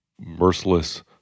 merciless